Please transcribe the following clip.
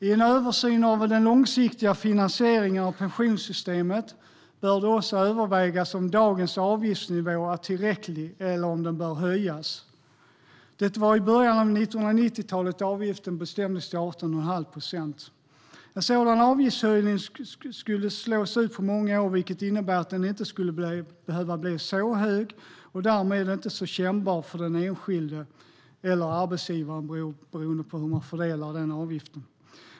I en översyn av den långsiktiga finansieringen av pensionssystemet bör det också övervägas om dagens avgiftsnivå är tillräcklig eller om den bör höjas. Det var i början av 1990-talet avgiften bestämdes till 18 1⁄2 procent. En sådan avgiftshöjning skulle slås ut över många år, vilket innebär att den inte skulle behöva bli så hög och därmed inte så kännbar för den enskilde eller arbetsgivaren, beroende på hur man fördelar avgiften.